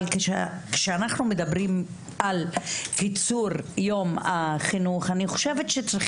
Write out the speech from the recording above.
אבל כשאנחנו מדברים על קיצור יום החינוך אני חושבת שצריך